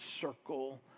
circle